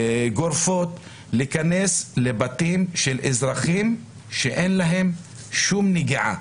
גורפות להיכנס לבתים של אזרחים שאין להם שום נגיעה,